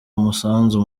umusanzu